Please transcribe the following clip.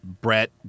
Brett